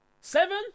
Seven